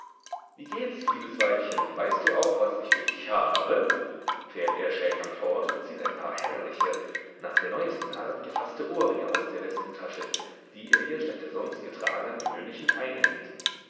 wie geht's liebes weibchen weißt du auch was ich für dich habe fährt er schäkernd fort und zieht ein paar herrliche nach der neuesten art gefaßte ohrringe aus der westentasche die er ihr statt der sonst getragenen gewöhnlichen einhängt